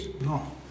No